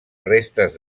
restes